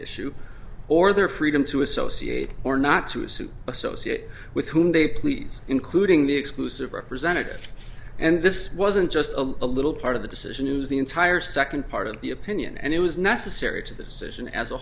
issue or their freedom to associate or not to assume associate with whom they please including the exclusive representatives and this wasn't just a little part of the decision use the entire second part of the opinion and it was necessary to the decision as a